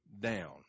down